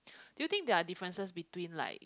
do you think there are differences between like